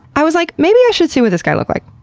i was like, maybe i should see what this guy looked like.